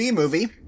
movie